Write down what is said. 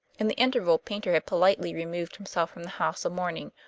in the interval paynter had politely removed himself from the house of mourning,